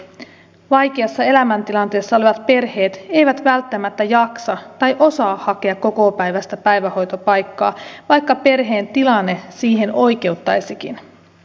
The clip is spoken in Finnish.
vaikeassa elämäntilanteessa olevat perheet eivät välttämättä jaksa tai osaa hakea kokopäiväistä päivähoitopaikkaa vaikka perheen tilanne siihen oikeuttaisikin